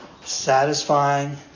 satisfying